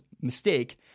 mistake